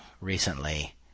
recently